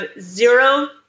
zero